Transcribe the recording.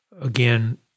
again